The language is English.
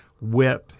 wet